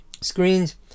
screens